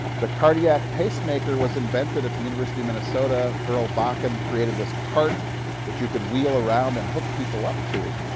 the cardiac pacemaker was invented at the university of minnesota. earl bakken created this cart that you could wheel around and hook people up to.